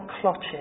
clotting